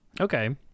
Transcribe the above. Okay